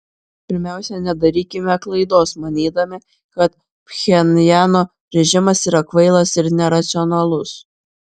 pirmiausia nedarykime klaidos manydami kad pchenjano režimas yra kvailas ar neracionalus